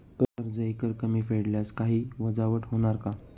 कर्ज एकरकमी फेडल्यास काही वजावट होणार का?